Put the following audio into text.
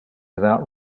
without